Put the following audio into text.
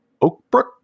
Oakbrook